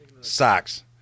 Socks